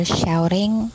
shouting